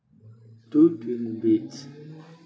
two twin beds